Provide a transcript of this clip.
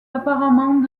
apparemment